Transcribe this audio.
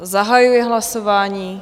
Zahajuji hlasování.